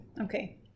Okay